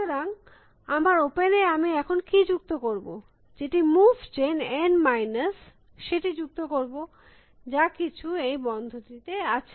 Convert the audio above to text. সুতরাং আমার ওপেন এ আমি এখন কী যুক্ত করব যেটি মুভ জেন N মাইনাস সেটি যুক্ত করব যা কিছু এই বন্ধ টিতে আছে